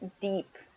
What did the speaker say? deep